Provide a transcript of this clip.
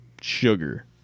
sugar